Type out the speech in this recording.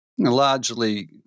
Largely